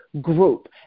group